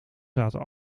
zaten